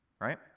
right